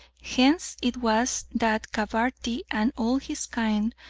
hence it was that gabarty and all his kind,